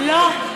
לא.